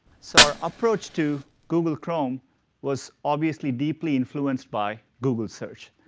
so our approach to google chrome was obviously deeply influenced by google search.